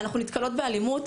אנחנו נתקלות באלימות.